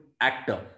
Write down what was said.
actor